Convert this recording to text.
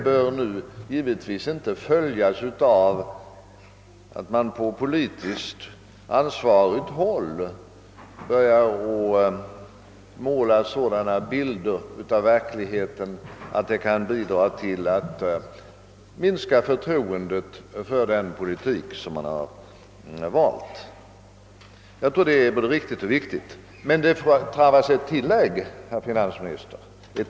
Men jag tror liksom finansministern att man på politiskt ansvarigt håll inte efteråt skall måla sådana bilder av verkligheten, att det kan bidra till att minska förtroendet för den politik som man har valt. Jag tror att det är både viktigt och riktigt. Men det tarvas ett tillägg, herr finansminister!